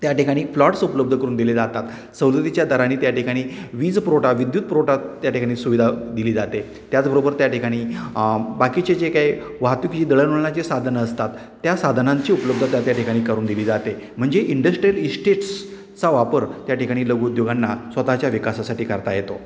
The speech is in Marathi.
त्या ठिकाणी फ्लॉट्स उपलब्ध करून दिले जातात सवलतीच्या दरांनी त्याठिकाणी वीज पुरवठा विद्युत पुरवठा त्याठिकाणी सुविधा दिली जाते त्याचबरोबर त्या ठिकाणी बाकीचे जे काही वाहतुकीची दळणवळणाचे साधनं असतात त्या साधनांची उपलब्धता तर त्या ठिकाणी करून दिली जाते म्हणजे इंडस्ट्रियल इस्टेट्सचा वापर त्याठिकाणी लघुद्योगांना स्वतःच्या विकासासाठी करता येतो